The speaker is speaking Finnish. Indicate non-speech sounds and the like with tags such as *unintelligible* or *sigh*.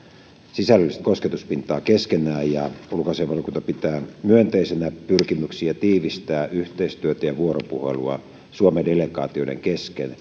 sisällöllistä kosketuspintaa keskenään ja ulkoasiainvaliokunta pitää myönteisinä pyrkimyksiä tiivistää yhteistyötä ja vuoropuhelua suomen delegaatioiden kesken *unintelligible*